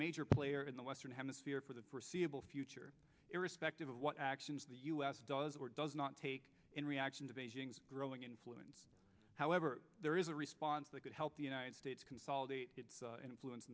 major player in the western hemisphere for the perceivable future irrespective of what actions the u s does or does not take in reaction to beijing's growing influence however there is a response that could help the united states consolidate its influence